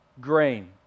grain